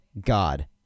God